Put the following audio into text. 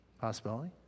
Possibility